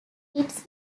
its